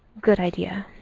good idea.